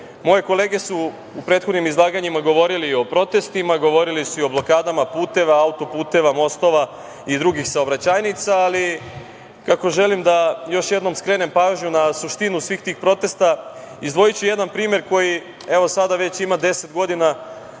kolege su u prethodnim izlaganjima govorili o protestima, govorili su i o blokadama puteva, auto-puteva, mostova i drugih saobraćajnica, ali kako želim da još jednom skrenem pažnju na suštinu svih tih protesta, izdvojiću jedan primer koji evo sada već ima 10 godina,